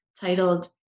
titled